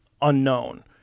unknown